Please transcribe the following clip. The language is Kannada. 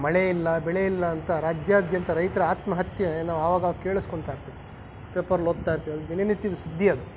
ಮಳೆ ಇಲ್ಲ ಬೆಳೆ ಇಲ್ಲ ಅಂತ ರಾಜ್ಯಾದ್ಯಂತ ರೈತರ ಆತ್ಮಹತ್ಯೆ ನಾವು ಆವಾಗ ಆವಾಗ ಕೇಳಿಸ್ಕೊಂತಾ ಇರ್ತೀವಿ ಪೇಪರಲ್ಲಿ ಓದ್ತಾ ಇರ್ತೀವಿ ಅದು ದಿನನಿತ್ಯದ ಸುದ್ದಿ ಅದು